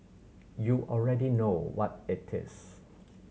you already know what it is